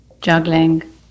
juggling